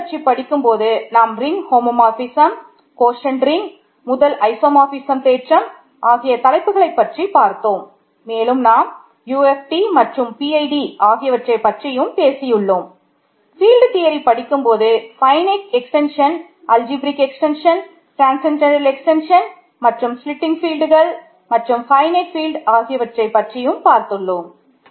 ரிங்கைப் ஆகியவற்றைப்பற்றி பார்த்துள்ளோம்